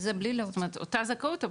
זאת אומרת אותה זכאות,